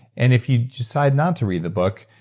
and if you decide not to read the book,